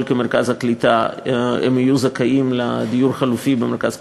כמרכז קליטה הם יהיו זכאים לדיור חלופי במרכז קליטה,